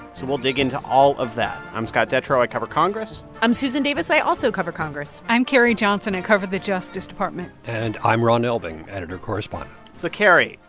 so we'll dig into all of that i'm scott detrow. i cover congress i'm susan davis. i also cover congress i'm carrie johnson. i cover the justice department and i'm ron elving, editor correspondent so, carrie,